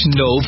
no